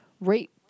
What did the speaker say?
rape